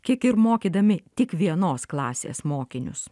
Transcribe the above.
kiek ir mokydami tik vienos klasės mokinius